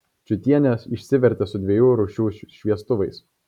čiutienė išsivertė su dviejų rūšių šviestuvais